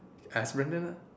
ask Brandon ah